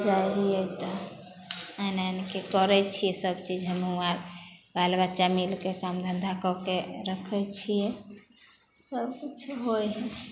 जाइ हिए तऽ आनि आनिके करै छिए सबचीज हमहूँ आर बाल बच्चा मिलिके काम धन्धा कऽके रखै छिए सबकिछु होइ हइ